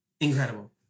Incredible